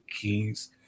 keys